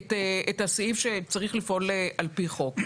את הסעיף שצריך לפעול על פי חוק.